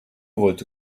wollte